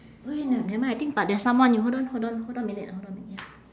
wait no nevermind I think but there's someone you hold on hold on hold on a minute ah hold on a minute